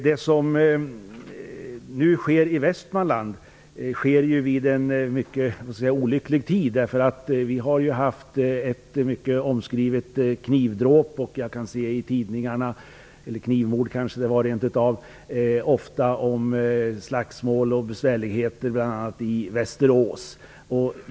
Det som nu sker i Västmanland sker vid en mycket olycklig tidpunkt, därför att där har begåtts ett mycket omskrivet knivmord och man ofta kan läsa i tidningarna om slagsmål och besvärligheter, bl.a. i Västerås.